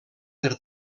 per